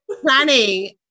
planning